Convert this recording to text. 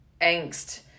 angst